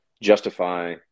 justify